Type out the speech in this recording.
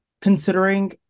considering